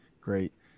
great